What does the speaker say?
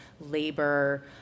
labor